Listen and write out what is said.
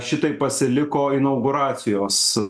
šitai pasiliko inauguracijos